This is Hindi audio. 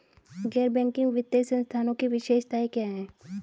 गैर बैंकिंग वित्तीय संस्थानों की विशेषताएं क्या हैं?